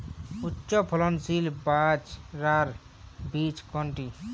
উচ্চফলনশীল বাজরার বীজ কোনটি?